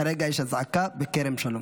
סליחה, כרגע יש אזעקה בכרם שלום.